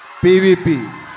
PVP